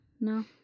no